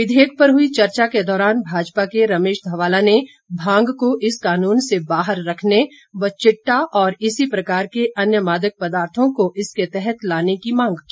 विधेयक पर हुई चर्चा के दौरान भाजपा के रमेश धवाला ने भांग को इस कानून से बाहर रखने व चिट्टा और इसी प्रकार के अन्य मादक पदार्थे को इस के तहत लाने की मांग की